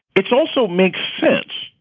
it's also makes sense.